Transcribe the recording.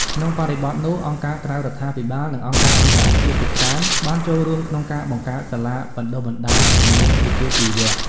ក្នុងបរិបទនោះ អង្គការក្រៅរដ្ឋាភិបាលនិងអង្គការអន្តរជាតិជាច្រើនបានចូលរួមក្នុងការបង្កើតសាលាបណ្តុះបណ្តាលជំនាញវិជ្ជាជីវៈ។